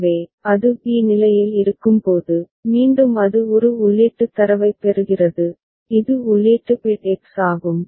எனவே அது b நிலையில் இருக்கும்போது மீண்டும் அது ஒரு உள்ளீட்டுத் தரவைப் பெறுகிறது இது உள்ளீட்டு பிட் X ஆகும்